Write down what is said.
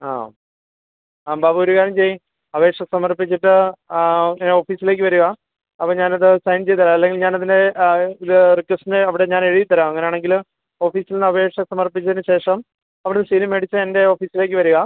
ആണോ ബാബു ഒരു കാര്യം ചെയ്യ് അപേക്ഷ സമർപ്പിച്ചിട്ട് ഓഫീസിലേക്ക് വരുക അപ്പോൾ ഞാനത് സൈൻ ചെയ്തേരാം അല്ലെങ്കിൽ ഞാനതിന് അത് ഇത് റിക്വസ്റ്റിന് ഞാനവിടെ ഞാനെഴുതി തരാം അങ്ങനാണെങ്കിൽ ഓഫീസുന്നപേക്ഷ സമർപ്പിച്ചതിന് ശേഷം അവിടൊരു സീലും മേടിച്ച് എൻ്റെ ഓഫിസിലേക്ക് വരുക